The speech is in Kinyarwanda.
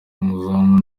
umuzamu